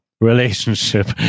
relationship